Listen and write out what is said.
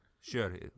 Sure